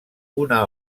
una